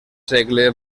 segle